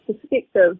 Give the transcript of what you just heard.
perspective